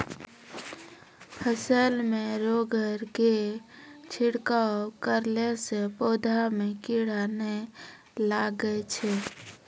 फसल मे रोगऽर के छिड़काव करला से पौधा मे कीड़ा नैय लागै छै?